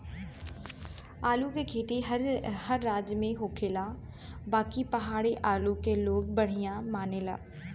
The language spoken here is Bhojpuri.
आलू के खेती हर राज में होखेला बाकि पहाड़ी आलू के लोग बढ़िया मानेला